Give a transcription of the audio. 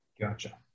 Gotcha